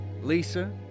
Lisa